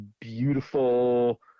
beautiful